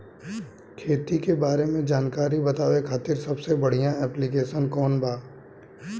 खेती के बारे में जानकारी बतावे खातिर सबसे बढ़िया ऐप्लिकेशन कौन बा?